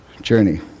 journey